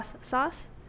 sauce